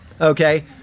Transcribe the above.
Okay